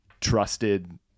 trusted